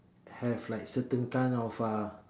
have like certain kind of uh